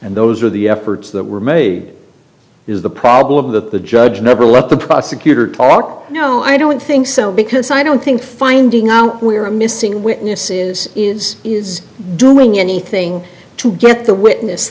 and those are the efforts that were made is the problem that the judge never let the prosecutor talk no i don't think so because i don't think finding out where a missing witnesses is is doing anything to get the witness